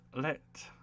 let